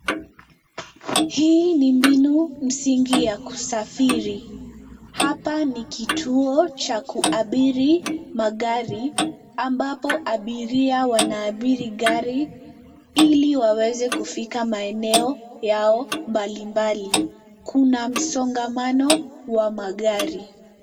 Hii ni mbinu msingi ya kusafiri. Hapa ni kituo cha kuabiri magari ambapo abiria wanaabiri gari ili waweze kufika maeneo yao mbali mbali. Kuna msongamano wa magari.